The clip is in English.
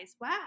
wow